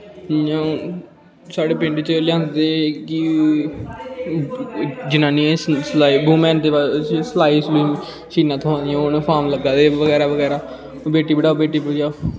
साढ़े पिंड च लेआंदे दे की जनानियें सलाई बुमैन दे सलाई सलुई मशीनां थ्होई दियां हून फार्म लग्गे दे बगैरा बगैरा बेटी पढ़ाओ बेटी बचाओ